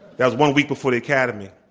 that was one week before the academy.